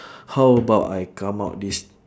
how about I come out this